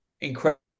incredible